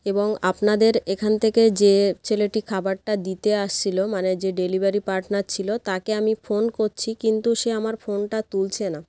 এবং আপনাদের এখান থেকে যে ছেলেটি খাবারটা দিতে আসছিল মানে যে ডেলিভারি পার্টনার ছিল তাকে আমি ফোন করছি কিন্তু সে আমার ফোনটা তুলছে না